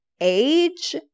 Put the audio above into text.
age